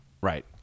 Right